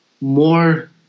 More